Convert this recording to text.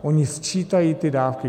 Oni sčítají ty dávky.